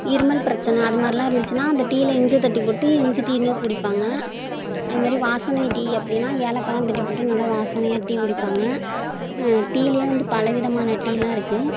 இருமல் பிரச்சனை அதுமாதிரிலாம் இருந்துச்சின்னால் அந்த டீயில் இஞ்சி தட்டி போட்டு இஞ்சி டீனு குடிப்பாங்க அதுமாதிரி வாசனை டீ அப்படின்னா ஏலாக்காய்லாம் தட்டி போட்டு நல்லா வாசனையாக டீ குடிப்பாங்க டீயிலேயே வந்து பலவிதமான டீயெலாம் இருக்குது